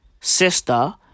sister